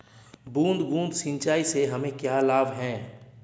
बूंद बूंद सिंचाई से हमें क्या लाभ है?